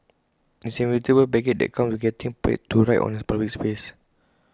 IT is the inevitable baggage that comes with getting paid to write on A public space